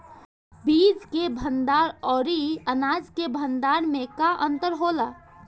बीज के भंडार औरी अनाज के भंडारन में का अंतर होला?